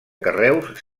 carreus